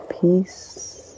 Peace